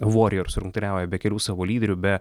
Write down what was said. vorjers rungtyniauja be kelių savo lyderių be